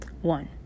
one